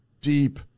deep